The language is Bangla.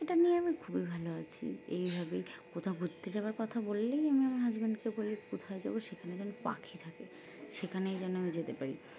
এটা নিয়ে আমি খুবই ভালো আছি এইভাবেই কোথাও ঘুরতে যাওয়ার কথা বললেই আমি আমার হাজব্যান্ডকে বলি কোথায় যাবো সেখানে যেন পাখি থাকে সেখানেই যেন আমি যেতে পারি